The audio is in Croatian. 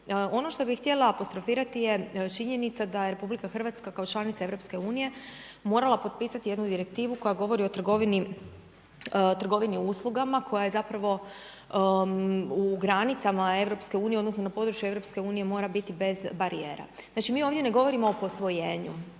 Ono što bih htjela apostrofirati je činjenica da je RH kao članica EU morala potpisati jednu direktivu koja govori o trgovini uslugama koja je zapravo u granicama EU, odnosno na području EU mora biti bez barijera. Znači mi ovdje ne govorimo o posvojenju